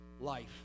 life